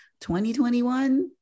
2021